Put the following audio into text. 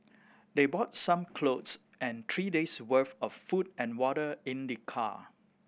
they brought some clothes and three days' worth of food and water in the car